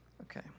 okay